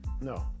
No